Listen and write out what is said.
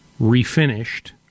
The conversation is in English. refinished